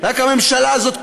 רק שהממשלה הזאת,